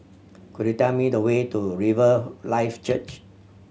could you tell me the way to Riverlife Church